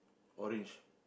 orange